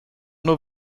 nur